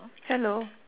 hello